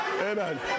amen